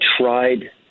tried